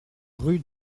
rue